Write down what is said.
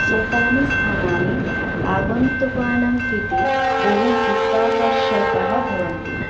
एतानि स्थानानि आगन्तुकानां कृते बहुचित्ताकर्षकः भवन्ति